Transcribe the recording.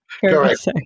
Correct